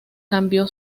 cambió